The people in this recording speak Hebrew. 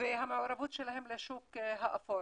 והמעורבות שלהם בשוק האפור.